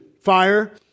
fire